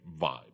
vibe